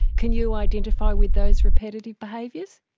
can you identify with those repetitive behaviours?